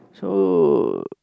so